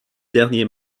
dernier